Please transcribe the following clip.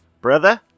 Brother